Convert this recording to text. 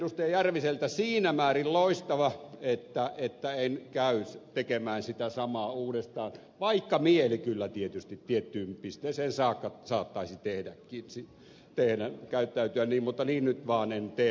järviseltä siinä määrin loistava että en käy tekemään sitä samaa uudestaan vaikka mieli kyllä tietysti tiettyyn pisteeseen saakka saattaisi tehdä niin mutta niin nyt vaan en tee